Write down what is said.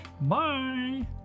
Bye